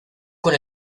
con